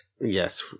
Yes